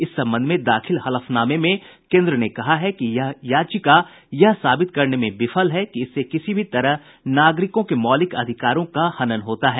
इस संबंध में दाखिल हलफनामे में कोन्द्र ने कहा है कि यह याचिका यह साबित करने में विफल है कि इससे किसी भी तरह नागरिकों के मौलिक अधिकारों का हनन होता है